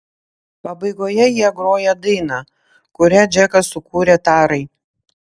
pabaigoje jie groja dainą kurią džekas sukūrė tarai